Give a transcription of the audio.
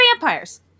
vampires